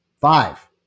Five